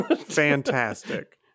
Fantastic